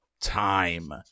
time